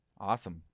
Awesome